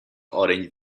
orange